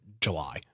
July